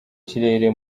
kirere